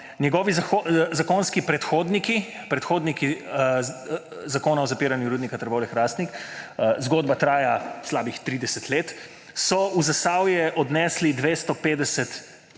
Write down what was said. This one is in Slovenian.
Njegovi zakonski predhodniki, predhodniki zakona o zapiranju Rudnika Trbovlje-Hrastnik, zgodba traja slabih 30 let, so v Zasavje odnesli